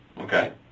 Okay